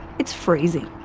it's freezing.